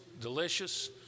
Delicious